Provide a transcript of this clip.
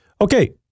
okay